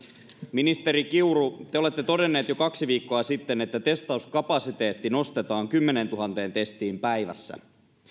ministeri kiuru te olette todennut jo kaksi viikkoa sitten että testauskapasiteetti nostetaan kymmeneentuhanteen testiin päivässä